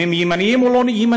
אם הם ימנים או לא ימנים,